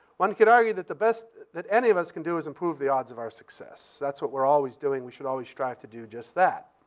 one could argue that the best that any of us can do is improve the odds of our success. that's what we're always doing. we should always strive to do just that.